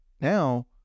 Now